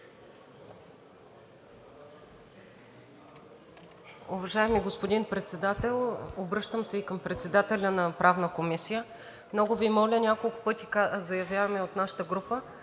Уважаеми господин Председател! Обръщам се и към председателя на Правната комисия! Много Ви моля – няколко пъти заявяваме от нашата група: